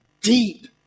deep